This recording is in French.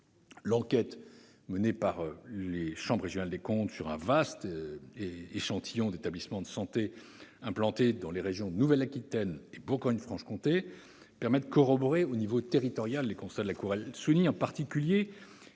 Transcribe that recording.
L'enquête menée par les chambres régionales et territoriales des comptes sur un vaste échantillon d'établissements de santé implantés dans les régions Nouvelle-Aquitaine et Bourgogne-Franche-Comté permet de corroborer, au niveau territorial, les constats de la Cour. Elle souligne, en particulier,